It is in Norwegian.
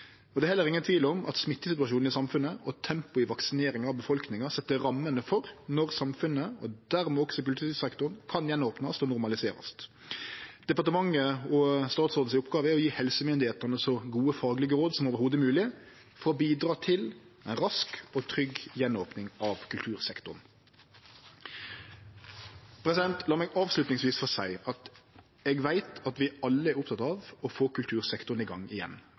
Det er heller ingen tvil om at smittesituasjonen i samfunnet og tempoet i vaksineringa av befolkninga set rammene for når samfunnet, og dermed også kultursektoren, kan opnast igjen og normaliserast. Departementet og statsråden si oppgåve er å gje helsemyndigheitene så gode fagleg råd som det i det heile er mogleg for å bidra til ei rask og trygg opning av kultursektoren igjen. Lat meg avslutningsvis få seie at eg veit at vi alle er opptekne av å få kultursektoren i gang igjen